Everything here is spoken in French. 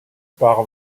par